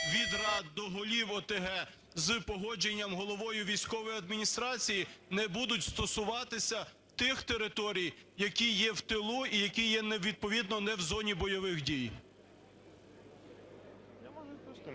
від рад до голів ОТГ з погодженням головою військової адміністрації, не будуть стосуватися тих територій, які є в тилу і які є відповідно не в зоні бойових дій?